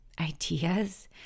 ideas